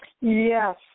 Yes